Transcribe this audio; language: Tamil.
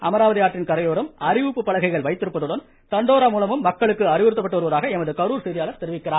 அமராவதி ஆற்றின் கரையோரம் அறிவிப்பு பலகைகள் வைத்திருப்பதுடன் தண்டோரா மூலமும் மக்களுக்கு அறிவுறுத்தப்பட்டு வருவதாக எமது கருர் செய்தியாளர் தெரிவிக்கிறார்